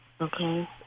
Okay